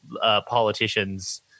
Politicians